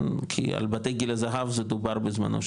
כי על בתי גיל הזהב זה דובר בזמנו,